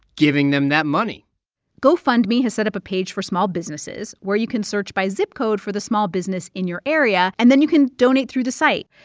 giving them that money gofundme has set up a page for small businesses where you can search by zip code for the small business in your area, and then you can donate through the site.